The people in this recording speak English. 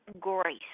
grace